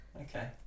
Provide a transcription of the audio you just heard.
Okay